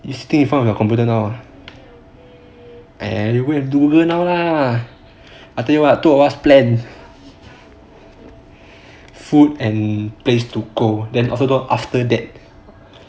you sitting in front of your computer now !aiya! do now lah I tell you what two of us plan food and place to go then after that